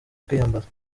kwiyambaza